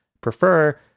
prefer